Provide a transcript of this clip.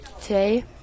today